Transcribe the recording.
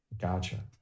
Gotcha